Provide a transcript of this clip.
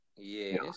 Yes